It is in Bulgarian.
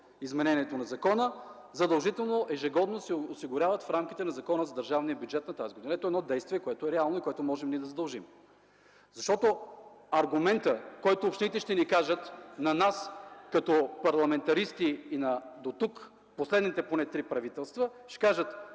изменението на закона, задължително ежегодно се осигурява в рамките на Закона за държавния бюджет за тази година. Ето едно действие, което е реално и с което можем да задължим. Аргументът, който общините ще изтъкнат на нас, като парламентаристи, дотук – поне за последните три правителства: „Вие,